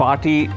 Party